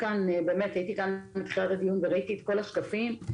הייתי כאן מתחילת הדיון וראיתי את כל השקפים.